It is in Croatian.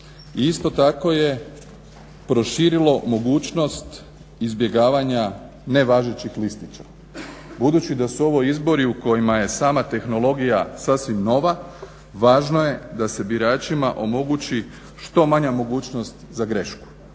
isto tako je proširilo mogućnost izbjegavanja nevažećih listića. Budući da su ovo izbori u kojima je sama tehnologija sasvim nova, važno je da se biračima omogući što manja mogućnost za grešku